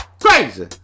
Crazy